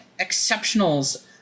exceptionals